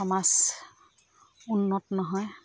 সমাজ উন্নত নহয়